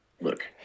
Look